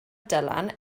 dylan